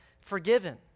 forgiven